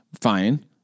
fine